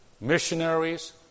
missionaries